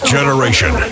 Generation